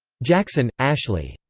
jackson, ashley.